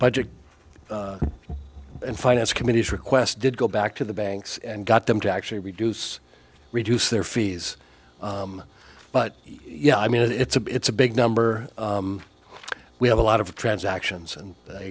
budget and finance committees requested go back to the banks and got them to actually reduce reduce their fees but yeah i mean it's a it's a big number we have a lot of transactions and i